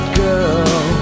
girl